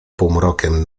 półmrokiem